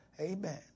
Amen